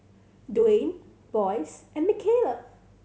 Duane Boyce and Mikayla